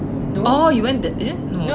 oh you went that eh no